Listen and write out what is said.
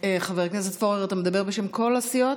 חבר הכנסת פורר, אתה מדבר בשם כל הסיעות?